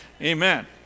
Amen